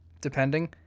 depending